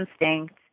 instinct